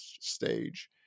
stage